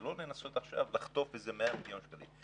ולא לנסות עכשיו לחטוף איזה 100 מיליון שקלים.